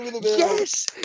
Yes